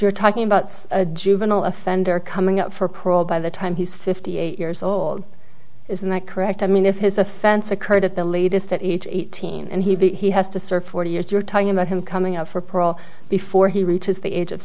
you're talking about a juvenile offender coming up for parole by the time he's fifty eight years old isn't that correct i mean if his offense occurred at the latest at age eighteen and he has to serve forty years you're talking about him coming out for parole before he reaches the age of